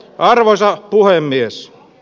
arvoisa puhemies